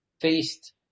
faced